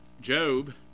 Job